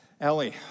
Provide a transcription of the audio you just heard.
Ellie